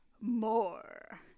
more